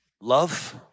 Love